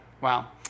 Wow